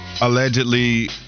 allegedly